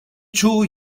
çoğu